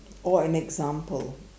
or an example